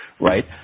right